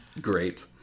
great